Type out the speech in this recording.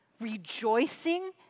rejoicing